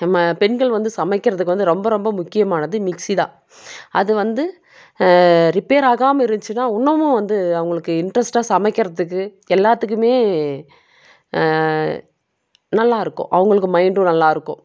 நம்ம பெண்கள் வந்து சமைக்கிறதுக்கு வந்து ரொம்ப ரொம்ப முக்கியமானது மிக்சி தான் அது வந்து ரிப்பேராகாமல் இருந்துச்சினா இன்னமும் வந்து அவங்களுக்கு இன்ட்ரெஸ்ட்டாக சமைக்கிறதுக்கு எல்லாத்துக்குமே நல்லாயிருக்கும் அவங்களுக்கு மைண்டும் நல்லாயிருக்கும்